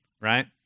right